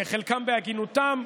חלקם בהגינותם,